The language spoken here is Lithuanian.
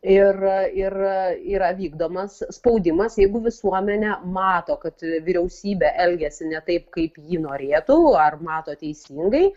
ir ir yra vykdomas spaudimas jeigu visuomenė mato kad vyriausybė elgiasi ne taip kaip ji norėtų ar mato teisingai